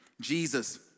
Jesus